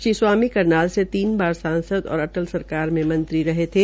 श्री स्वामी कनाल से तीन बार सांसद और अटल सरकार में मंत्री रहे थे